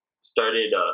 started